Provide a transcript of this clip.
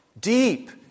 Deep